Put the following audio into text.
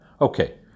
Okay